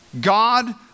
God